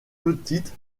petite